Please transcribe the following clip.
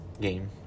game